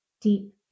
deep